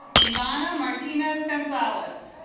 ivana martinez gonzalez